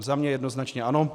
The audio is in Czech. Za mě jednoznačně ano.